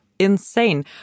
Insane